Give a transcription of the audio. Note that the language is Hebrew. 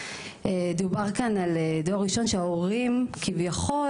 מדובר על דור ראשון להורים כביכול,